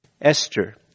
Esther